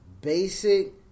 basic